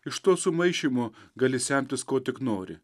iš to sumaišymo gali semtis kuo tik nori